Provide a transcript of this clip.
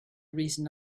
reason